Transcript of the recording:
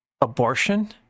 abortion